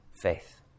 faith